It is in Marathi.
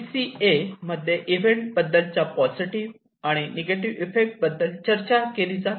सी सी ए मध्ये इव्हेंट बद्दलच्या पॉझिटिव आणि निगेटिव्ह इफेक्ट बद्दल चर्चा केली जाते